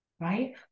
Right